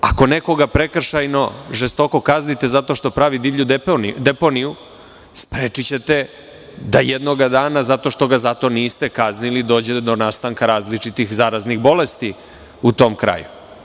Ako nekoga prekršajno žestoko kaznite zato što pravi divlju deponiju, sprečićete da jednoga dana zato što ga za to niste kaznili, dođe do nastanka različitih zaraznih bolesti u tom kraju.